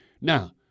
Now